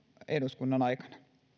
eduskunnan aikana